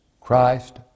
Christ